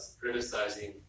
criticizing